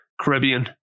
Caribbean